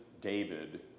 David